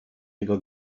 jego